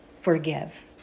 forgive